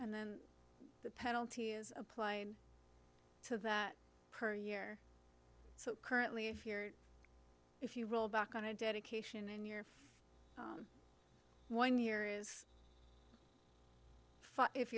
and then the penalty is applied to that per year so currently if you're if you roll back on a dedication in your one year is if